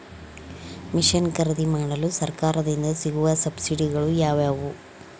Mission ಖರೇದಿಮಾಡಲು ಸರಕಾರದಿಂದ ಸಿಗುವ ಸಬ್ಸಿಡಿಗಳು ಯಾವುವು?